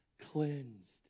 Cleansed